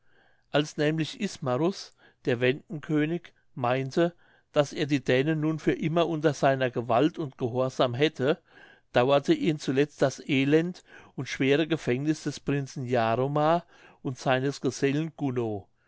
als nämlich ismarus der wenden könig meinte daß er die dänen nun für immer unter seiner gewalt und gehorsam hätte dauerte ihn zuletzt das elend und schwere gefängniß des prinzen jaromar und seines gesellen gunno